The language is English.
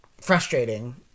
frustrating